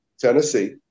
Tennessee